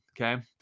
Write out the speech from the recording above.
okay